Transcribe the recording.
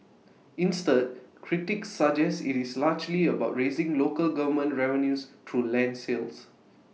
instead critics suggest IT is largely about raising local government revenues through land sales